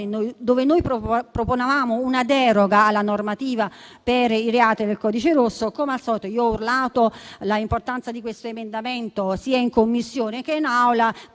quale noi proponevamo una deroga per i reati del codice rosso; come al solito, io ho urlato l'importanza di questo emendamento sia in Commissione che in Aula,